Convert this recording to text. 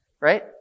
right